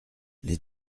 les